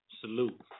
Salute